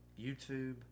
YouTube